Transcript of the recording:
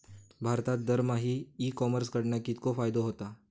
भारतात दरमहा e commerce कडणा कितको फायदो होता?